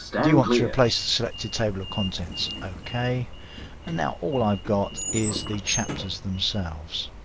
do you want to replace the selected table of contents? ok and now all i've got is the chapters themselves.